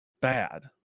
bad